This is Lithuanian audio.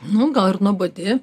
nu gal ir nuobodi